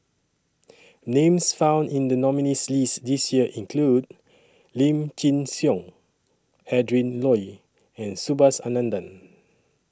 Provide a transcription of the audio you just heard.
Names found in The nominees' list This Year include Lim Chin Siong Adrin Loi and Subhas Anandan